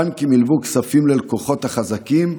הבנקים הלוו כספים ללקוחות החזקים,